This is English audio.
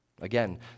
again